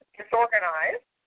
disorganized